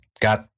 got